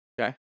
Okay